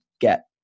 get